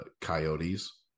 Coyotes